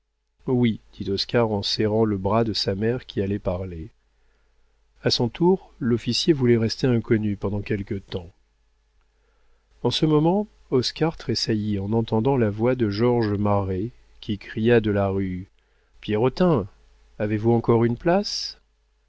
oui dit oscar en serrant le bras de sa mère qui allait parler a son tour l'officier voulait rester inconnu pendant quelque temps en ce moment oscar tressaillit en entendant la voix de georges marest qui cria de la rue pierrotin avez-vous encore une place